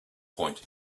point